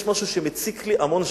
יש משהו שמציק לי המון שנים,